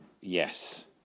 Yes